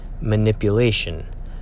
manipulation